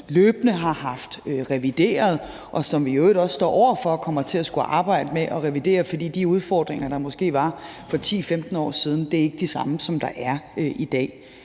løbende har revideret, og som vi i øvrigt også står over for at skulle arbejde med at revidere, fordi de udfordringer, der måske var 10-15 år siden, ikke er de samme, som der er i dag.